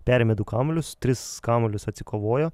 perėmė du kamuolius tris kamuolius atsikovojo